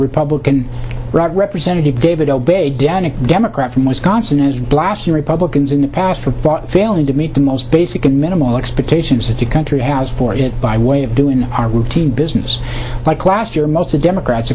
republican representative david obey dan a democrat from wisconsin is blasting republicans in the past for failing to meet the most basic minimal expectations that the country has for it by way of doing our routine business like last year most democrats